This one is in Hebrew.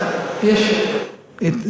זה משהו שמקובל בכל העולם.